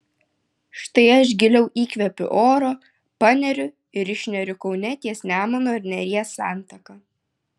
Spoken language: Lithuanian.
štai aš giliau įkvepiu oro paneriu ir išneriu kaune ties nemuno ir neries santaka